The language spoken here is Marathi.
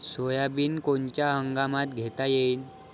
सोयाबिन कोनच्या हंगामात घेता येईन?